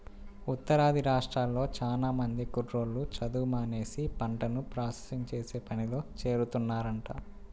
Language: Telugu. ఉత్తరాది రాష్ట్రాల్లో చానా మంది కుర్రోళ్ళు చదువు మానేసి పంటను ప్రాసెసింగ్ చేసే పనిలో చేరుతున్నారంట